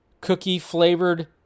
cookie-flavored